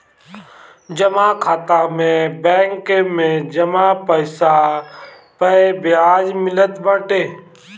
जमा खाता में बैंक में जमा पईसा पअ बियाज मिलत बाटे